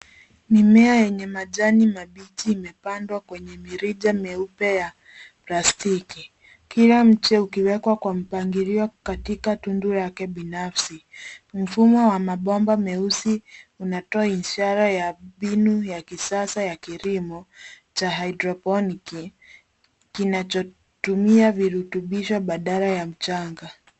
Mimea yenye majani mabichi imepandwa kwenye mirija meupe ya plastiki, kila mche ukiwekwa kwa mpangilio katika tundu lake binafsi. Mfumo wa mabomba meusi unatoa ishara ya mbinu ya kisasa ya kilimo cha haidroponiki, kinachotumia virutubisho badala ya mchanga.